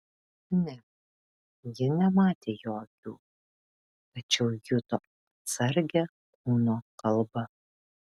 ne ji nematė jo akių tačiau juto atsargią kūno kalbą